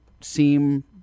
seem